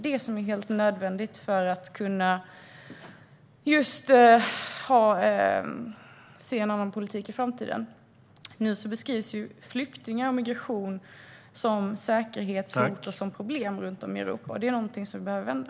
Det är helt nödvändigt för att kunna se en annan politik i framtiden. Nu beskrivs flyktingar och migration som säkerhetsproblem runt om i Europa. Det är någonting som vi behöver vända.